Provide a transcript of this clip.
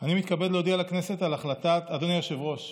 אדוני היושב-ראש,